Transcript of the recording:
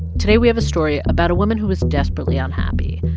today we have a story about a woman who was desperately unhappy.